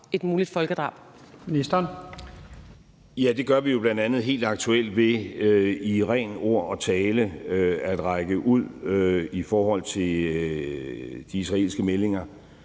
Rasmussen): Det gør vi jo bl.a. helt aktuelt ved i ren tale og ord at række ud i forhold til de israelske meldinger